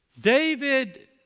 David